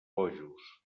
bojos